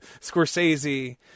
scorsese